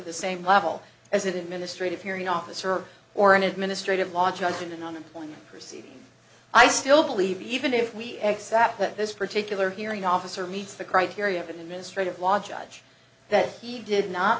the same level as an administrative hearing officer or an administrative law judge and an unemployment proceeding i still believe even if we accept that this particular hearing officer meets the criteria of administrative law judge that he did not